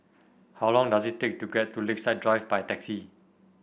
how long does it take to get to Lakeside Drive by taxi